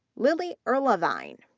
lily erlewein,